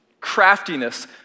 Craftiness